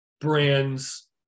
brands